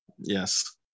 Yes